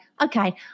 okay